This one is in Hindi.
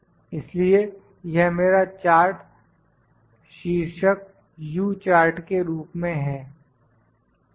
इसलिए यह मेरा चार्ट शीर्षक U चार्ट के रूप में है ठीक है